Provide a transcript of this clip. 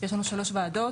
יש לנו שלוש ועדות